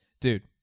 Dude